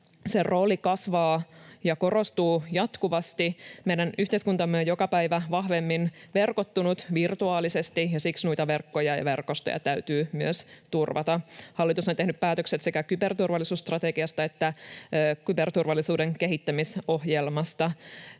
Sen rooli kasvaa ja korostuu jatkuvasti. Meidän yhteiskuntamme on joka päivä vahvemmin verkottunut virtuaalisesti, ja siksi noita verkkoja ja verkostoja täytyy myös turvata. Hallitus on tehnyt päätökset sekä kyberturvallisuusstrategiasta että kyberturvallisuuden kehittämisohjelmasta.